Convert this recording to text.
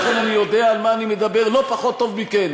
לכן אני יודע על מה אני מדבר לא פחות טוב מכן,